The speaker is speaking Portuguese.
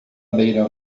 beira